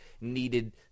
needed